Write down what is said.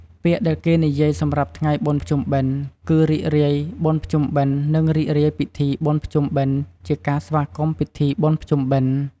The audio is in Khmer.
ពាក្យដែលគេនិយាយសម្រាប់ថ្ងៃបុណ្យភ្ជុំបិណ្ឌគឺ រីករាយបុណ្យភ្ជុំបិណ្ឌនិងរីករាយពិធីបុណ្យភ្ជុំបិណ្ឌ ជាការស្វាគមន៍ពីធីបុណ្យភ្ជុំបិណ្ឌ។